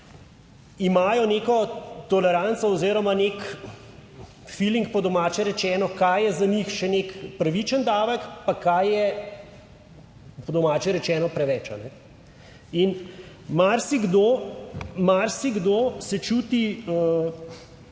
imajo neko toleranco oziroma neki filing po domače rečeno, kaj je za njih še nek pravičen davek, pa kaj je po domače rečeno preveč, in marsikdo,